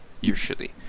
usually